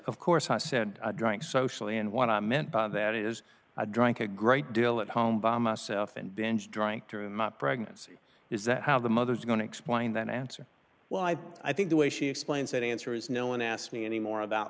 of course i said drink socially and what i meant by that is i drank a great deal at home by myself and binge drink during my pregnancy is that how the mother is going to explain that answer why i think the way she explains that answer is no one asked me any more about